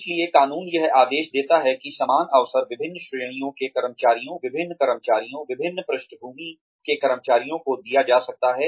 इसलिए कानून यह आदेश देते हैं कि समान अवसर विभिन्न श्रेणियों के कर्मचारियों विभिन्न कर्मचारियों विभिन्न पृष्ठभूमि के कर्मचारियों को दिया जा सकता है